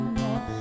more